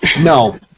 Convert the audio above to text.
No